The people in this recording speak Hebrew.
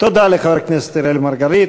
תודה לחבר הכנסת אראל מרגלית.